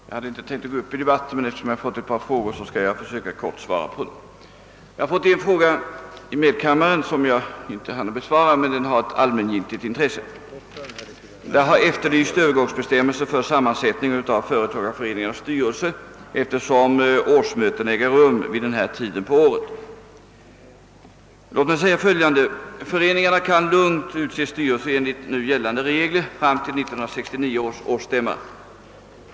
Herr talman! Jag hade inte tänkt gå upp i denna debatt, men eftersom jag fått ett par frågor skall jag försöka att helt kort besvara dessa. Jag har i medkammaren fått en fråga, som jag där inte hann besvara men som har ett allmängiltigt intresse. Man efterlyste Öövergångsbestämmelser för sammansättningen av = företagareföreningarnas styrelser, eftersom årsmötena äger rum vid denna tid på året. Låt mig säga följande. Företagareföreningarna kan lugnt utse styrelser enligt nu gällande regler fram till 1969 års årsstämma.